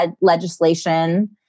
legislation